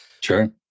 Sure